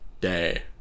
day